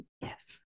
Yes